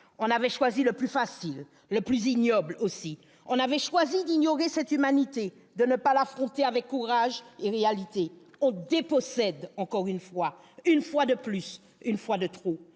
On avait choisi le plus facile, le plus ignoble aussi. On avait choisi d'ignorer cette humanité, de ne pas l'affronter avec courage et réalité. On dépossède encore une fois. Une fois de plus, une fois de trop